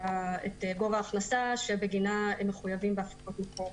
גובה ההכנסה שבגינה הם מחויבים בהפקות מקור.